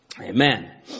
Amen